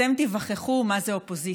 אתם תיווכחו מה זה אופוזיציה.